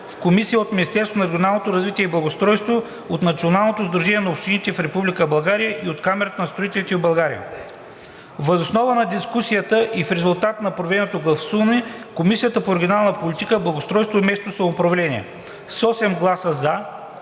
в Комисията от Министерството на регионалното развитие и благоустройството, от Националното сдружение на общините в Република България и от Камарата на строителите в България. Въз основа на дискусията и в резултат на проведеното гласуване Комисията по регионална политика, благоустройство и местно самоуправление: - с 8 гласа